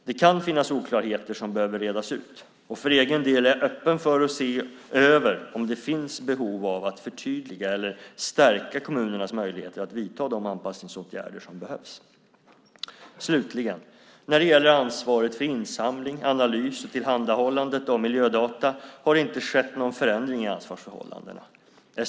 Det kan finnas oklarheter som behöver redas ut. För egen del är jag öppen för att se över om det finns behov av att förtydliga eller stärka kommunernas möjligheter att vidta de anpassningsåtgärder som behövs. Slutligen när det gäller ansvaret för insamling, analys och tillhandahållandet av miljödata har det inte skett någon förändring i ansvarsförhållandena.